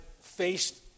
faced